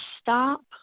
stop